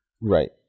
Right